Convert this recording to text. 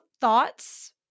thoughts